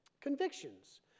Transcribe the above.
Convictions